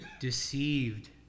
deceived